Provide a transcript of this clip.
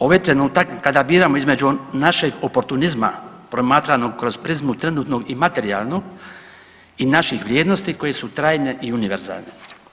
Ovo je trenutak kada biramo između našeg oportunizma promatranog kroz prizmu trenutnog i materijalnog i naših vrijednosti koje su trajne i univerzalne.